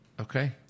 Okay